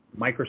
Microsoft